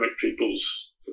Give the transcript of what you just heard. peoples